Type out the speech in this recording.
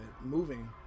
moving